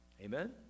Amen